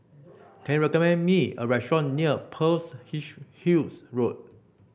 can you recommend me a restaurant near Pearl's Hills Road